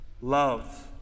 love